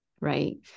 right